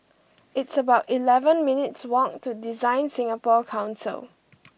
it's about eleven minutes' walk to DesignSingapore Council